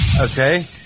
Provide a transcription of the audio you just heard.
Okay